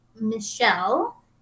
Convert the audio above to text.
Michelle